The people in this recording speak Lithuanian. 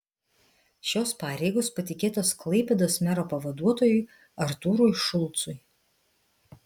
šios pareigos patikėtos klaipėdos mero pavaduotojui artūrui šulcui